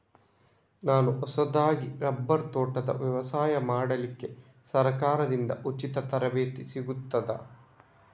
ನಾನು ಹೊಸದಾಗಿ ರಬ್ಬರ್ ತೋಟದ ವ್ಯವಸಾಯ ಮಾಡಲಿಕ್ಕೆ ಸರಕಾರದಿಂದ ಉಚಿತ ತರಬೇತಿ ಸಿಗುತ್ತದಾ?